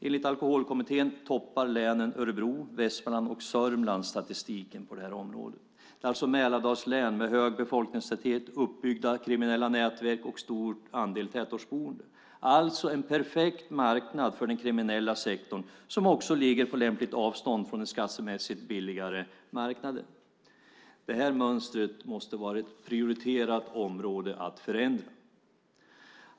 Enligt Alkoholkommittén toppar länen Örebro, Västmanland och Sörmland statistiken på det här området. Det är Mälardalslän med hög befolkningstäthet, uppbyggda kriminella nätverk och stor andel tätortsboende, alltså en perfekt marknad för den kriminella sektorn som också ligger på lämpligt avstånd från den skattemässigt billigare marknaden. Det här mönstret måste vara ett prioriterat område att förändra.